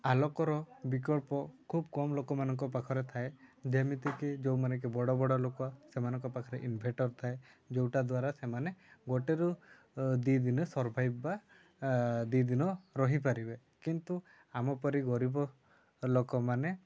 ଆଲୋକର ବିକଳ୍ପ ଖୁବ୍ କମ୍ ଲୋକମାନଙ୍କ ପାଖରେ ଥାଏ ଯେମିତିକି ଯୋଉମାନେ କି ବଡ଼ ବଡ଼ ଲୋକ ସେମାନଙ୍କ ପାଖରେ ଇନ୍ଭେଟର୍ ଥାଏ ଯୋଉଟା ଦ୍ୱାରା ସେମାନେ ଗୋଟେରୁ ଦି ଦିନ ସର୍ଭାଇଭ୍ ବା ଦୁଇ ଦିନ ରହିପାରିବେ କିନ୍ତୁ ଆମ ପରି ଗରିବ ଲୋକମାନେ